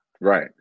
Right